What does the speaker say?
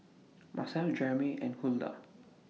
Macel Jermey and Huldah